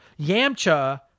Yamcha